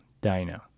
dino